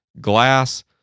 Glass